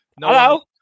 Hello